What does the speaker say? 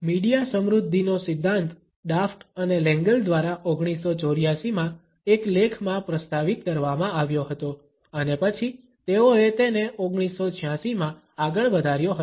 media સમૃદ્ધિનો સિદ્ધાંત Daft અને લેંગલ દ્વારા 1984 માં એક લેખમાં પ્રસ્તાવિત કરવામાં આવ્યો હતો અને પછી તેઓએ તેને 1986 માં આગળ વધાર્યો હતો